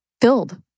filled